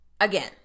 again